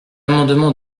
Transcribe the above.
amendement